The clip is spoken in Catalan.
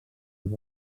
els